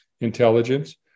intelligence